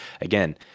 Again